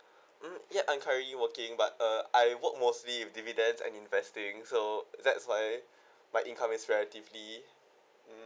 mm ya I'm currently working but uh I work mostly with dividend and investing so that's why my income is relatively